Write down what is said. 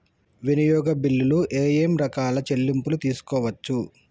వినియోగ బిల్లులు ఏమేం రకాల చెల్లింపులు తీసుకోవచ్చు?